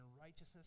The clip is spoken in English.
righteousness